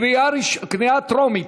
קריאה טרומית,